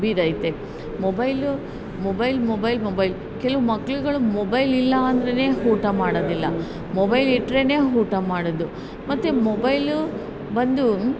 ಬೀರೈತೆ mobile mobile mobile mobile ಕೆಲವು ಮಕ್ಳುಗಳಿಗೆ mobile ಇಲ್ಲ ಅಂದರೇನೆ ಊಟ ಮಾಡೋದಿಲ್ಲ ಮೊಬೈಲ್ ಇಟ್ಟರೇನೆ ಊಟ ಮಾಡೋದು ಮತ್ತು ಮೊಬೈಲ್ ಬಂದೂ